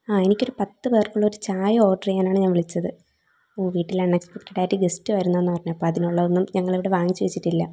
ആ എനിക്കൊരു പത്ത് പേർക്കുള്ളൊരു ചായ ഓർഡർ ചെയ്യാനാണ് വിളിച്ചത് ഓ വീട്ടിൽ അൺഎക്സ്പെക്റ്റഡ് ആയിട്ട് ഗസ്റ്റ് വരുന്നെന്ന് പറഞ്ഞു അപ്പോൾ അതിനുള്ളതൊന്നും ഞങ്ങളിവിടെ വാങ്ങിച്ചു വെച്ചിട്ടില്ല